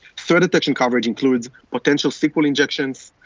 threat detection coverage includes potential sql injections,